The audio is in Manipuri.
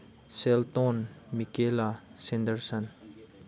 ꯁꯦꯜꯇꯣꯟ ꯃꯤꯀꯤꯂꯥ ꯁꯦꯟꯗꯔꯁꯟ